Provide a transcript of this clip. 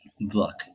look